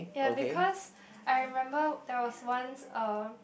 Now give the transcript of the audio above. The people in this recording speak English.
ya because I remember there was once uh